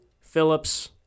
Phillips